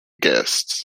guests